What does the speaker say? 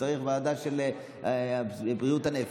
צריך ועדה של בריאות הנפש,